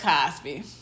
Cosby